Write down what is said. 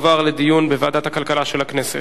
מוגדל בשל נסיעה ללא כרטיס ברכבת מקומית,